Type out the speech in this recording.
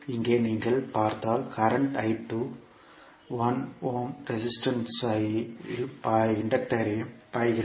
இங்கே நீங்கள் பார்த்தால் கரண்ட் 1 ஓம் ரெசிஸ்டன்ஸ் ஐயும் இன்டக்டர்யும் பாய்கிறது